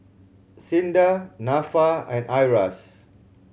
SINDA Nafa and IRAS